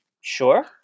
Sure